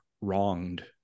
wronged